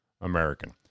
American